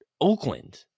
Oakland